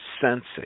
sensing